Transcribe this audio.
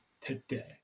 today